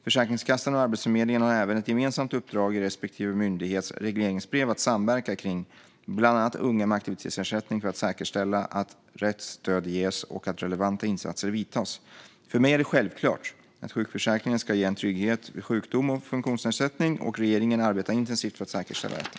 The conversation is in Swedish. Försäkringskassan och Arbetsförmedlingen har även ett gemensamt uppdrag i respektive myndighets regleringsbrev att samverka kring bland annat unga med aktivitetsersättning för att säkerställa att rätt stöd ges och att relevanta insatser görs. För mig är det självklart att sjukförsäkringen ska ge trygghet vid sjukdom och funktionsnedsättning, och regeringen arbetar intensivt för att säkerställa detta.